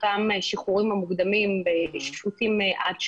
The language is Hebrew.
אותם שחרורים מוקדמים בשפוטים עד שנה.